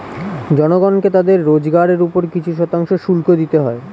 জনগণকে তাদের রোজগারের উপর কিছু শতাংশ শুল্ক দিতে হয়